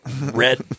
red